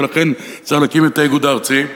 ולכן צריך להקים את האיגוד הארצי.